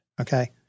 Okay